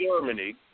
Germany